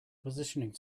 positioning